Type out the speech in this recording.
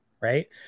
right